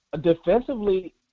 defensively